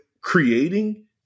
creating